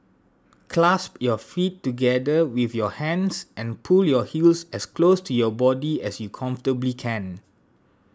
clasp your feet together with your hands and pull your heels as close to your body as you comfortably can